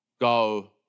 go